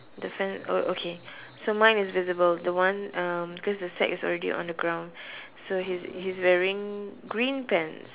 the fan oh okay so mine is visible the one uh because the set is already on the ground so he's he's wearing green pants